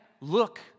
look